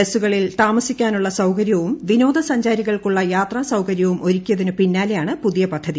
ബസ്സുകളിൽ താമസിക്കാനുള്ള സൌകര്യവും വിനോദ്യ സഞ്ചാരികൾക്കുള്ള യാത്രാസൌകര്യവും ഒരുക്കിയതിനു പിന്നാ്ലെയാണ് പുതിയ പദ്ധതി